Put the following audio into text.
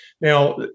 Now